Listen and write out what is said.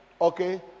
Okay